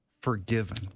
Forgiven